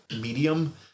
medium